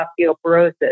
osteoporosis